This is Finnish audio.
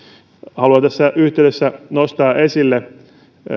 haluan tässä yhteydessä nostaa esille